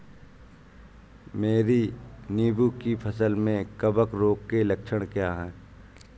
मेरी नींबू की फसल में कवक रोग के लक्षण क्या है?